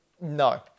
No